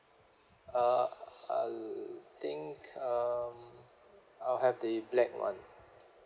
uh I think um I'll have the black one